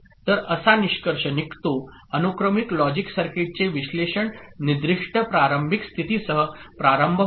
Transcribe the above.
तर असा निष्कर्षः निघतो अनुक्रमिक लॉजिक सर्किटचे विश्लेषण निर्दिष्ट प्रारंभिक स्थितीसह प्रारंभ होते